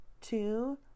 two